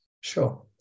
Sure